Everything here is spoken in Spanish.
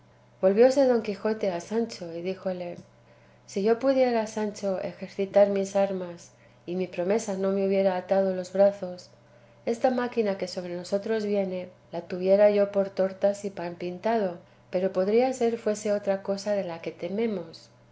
guerra volvióse don quijote a sancho y díjole si yo pudiera sancho ejercitar mis armas y mi promesa no me hubiera atado los brazos esta máquina que sobre nosotros viene la tuviera yo por tortas y pan pintado pero podría ser fuese otra cosa de la que tememos